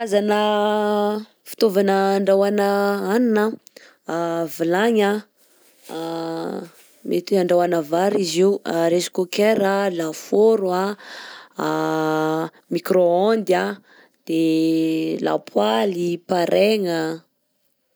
Karazana fitaovana andrahoana hanina: vilagny a mety andrahoana vary izy io, rice cooker, lafaoro, micro-ondes, de lapoaly, parein.